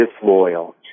disloyal